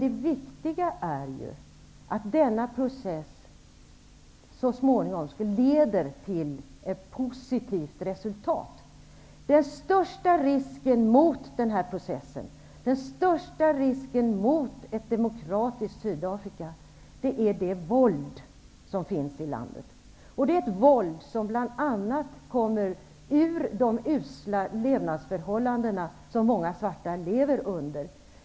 Det viktiga är dock att denna process så småningom får ett positivt resultat. Den största risken när det gäller den här processen och detta med ett demokratiskt Sydafrika är det våld som finns i landet. Våldet härrör bl.a. från de usla levnadsförhållanden som många svarta lever under.